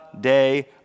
day